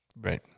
right